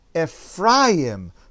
Ephraim